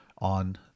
on